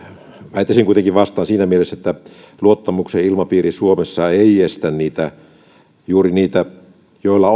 väittäisin kuitenkin vastaan siinä mielessä että luottamuksen ilmapiiri suomessa ei estä juuri niitä joilla